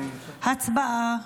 הצבעה.